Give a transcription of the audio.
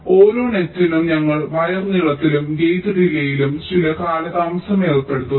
ഓരോ നെറ്റിനും ഞങ്ങൾ വയർ നീളത്തിലും ഗേറ്റ് ഡീലേയിലും ചില കാലതാമസം ഏർപ്പെടുത്തുന്നു